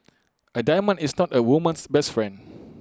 A diamond is not A woman's best friend